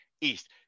East